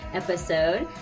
episode